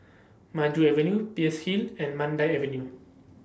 Maju Avenue Peirce Hill and Mandai Avenue